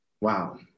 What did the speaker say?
wow